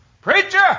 Preacher